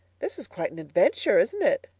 this is quite an adventure, isn't it?